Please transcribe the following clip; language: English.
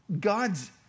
God's